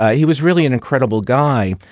he was really an incredible guy.